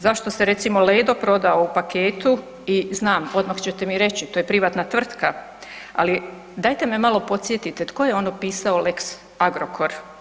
Zašto se recimo Ledo prodao u paketu i znam, odmah ćete mi reći, to je privatna tvrtka ali dajte me malo podsjetite, tko je ono pisao lex Agrokor?